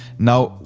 now,